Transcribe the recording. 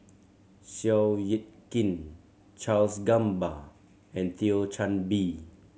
Seow Yit Kin Charles Gamba and Thio Chan Bee